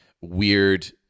weird